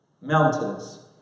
mountains